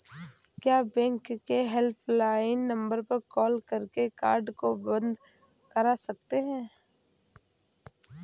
क्या बैंक के helpline number पर कॉल करके कार्ड को बंद करा सकते हैं?